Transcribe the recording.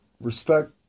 respect